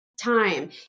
time